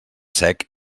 sec